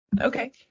Okay